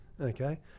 okay